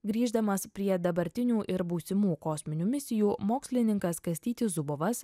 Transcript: grįždamas prie dabartinių ir būsimų kosminių misijų mokslininkas kastytis zubovas